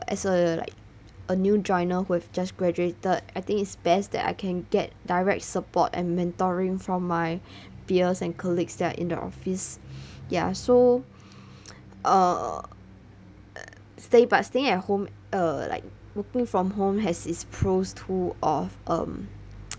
as a like a new joiner who have just graduated I think it's best that I can get direct support and mentoring from my peers and colleagues that are in the office ya so uh stay but staying at home uh like working from home has its pros to of um